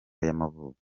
y’amavuko